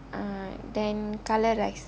uh then colour rice